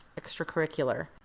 extracurricular